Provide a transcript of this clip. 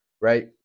right